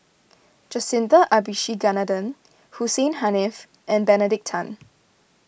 Jacintha Abisheganaden Hussein Haniff and Benedict Tan